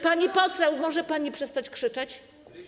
Pani poseł, może pani przestać krzyczeć?